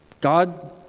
God